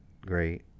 great